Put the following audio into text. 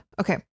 Okay